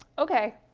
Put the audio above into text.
okay.